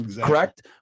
correct